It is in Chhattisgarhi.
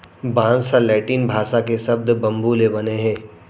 बांस ह लैटिन भासा के सब्द बंबू ले बने हे